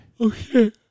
Okay